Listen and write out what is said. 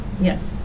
Yes